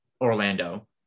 orlando